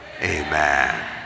Amen